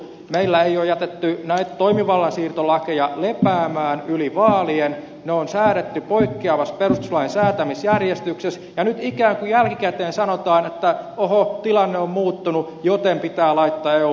meillä ei ole jätetty toimivallansiirtolakeja lepäämään yli vaalien ne on säädetty poikkeavassa perustuslain säätämisjärjestyksessä ja nyt ikään kuin jälkikäteen sanotaan että oho tilanne on muuttunut joten pitää laittaa eu meidän perustuslakiin